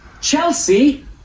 Chelsea